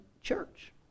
church